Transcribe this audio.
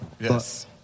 Yes